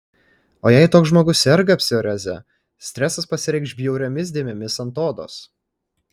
o jei toks žmogus serga psoriaze stresas pasireikš bjauriomis dėmėmis ant odos